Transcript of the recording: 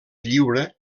lliure